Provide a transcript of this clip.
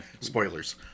spoilers